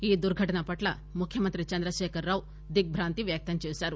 ఈ దుర్ఘటన పట్ల ముఖ్యమంత్రి చంద్రశేఖర్ రావు దిగ్రాంతి వ్యక్తంచేశారు